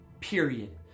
period